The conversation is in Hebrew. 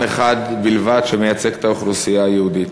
אחד בלבד שמייצג את האוכלוסייה היהודית.